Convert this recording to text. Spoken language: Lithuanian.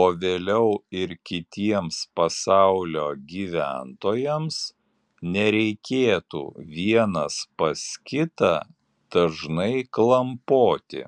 o vėliau ir kitiems pasaulio gyventojams nereikėtų vienas pas kitą dažnai klampoti